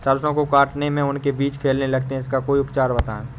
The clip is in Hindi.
सरसो को काटने में उनके बीज फैलने लगते हैं इसका कोई उपचार बताएं?